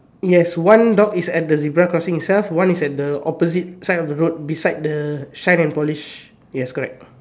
yes one dog is at the zebra crossing itself one is at the opposite side of the road beside the shine and polish yes correct